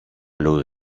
luz